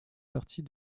partie